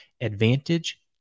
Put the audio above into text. Advantage